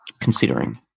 considering